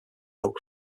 helped